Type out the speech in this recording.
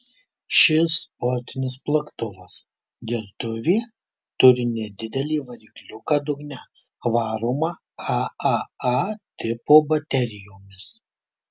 šis sportinis plaktuvas gertuvė turi nedidelį varikliuką dugne varomą aaa tipo baterijomis